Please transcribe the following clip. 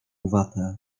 watę